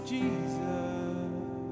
Jesus